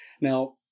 Now